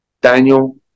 Daniel